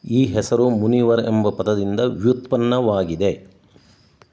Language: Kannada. ಈ ಹೆಸರು ಮುನಿವರ್ ಎಂಬ ಪದದಿಂದ ವ್ಯುತ್ಪನ್ನವಾಗಿದೆ